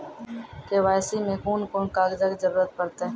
KYC मे कून कून कागजक जरूरत परतै?